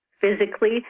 physically